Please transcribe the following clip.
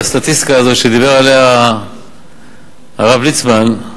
והסטטיסטיקה הזאת שדיבר עליה הרב ליצמן,